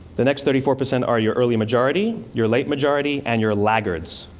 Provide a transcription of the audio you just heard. the next thirty four percent are your early majority, your late majority and your laggards.